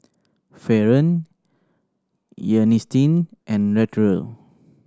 Faron and Latrell